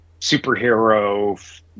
superhero